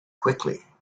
quickly